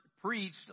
preached